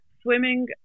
swimming